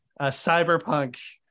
cyberpunk